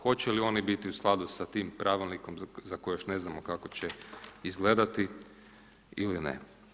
Hoće li oni biti u skladu sa tim pravilnikom za koje još ne znamo kako će izgledati ili ne.